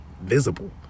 visible